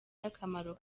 akamaro